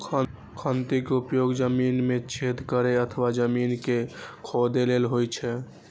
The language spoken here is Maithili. खंती के उपयोग जमीन मे छेद करै अथवा जमीन कें खोधै लेल होइ छै